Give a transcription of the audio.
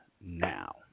now